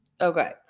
Okay